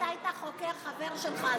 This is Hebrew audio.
אם אתה היית חוקר חבר שלך,